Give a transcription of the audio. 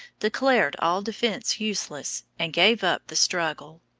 declared all defence useless, and gave up the struggle.